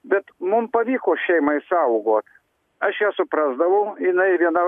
bet mum pavyko šeimą išaugot aš ją suprasdavau jinai viena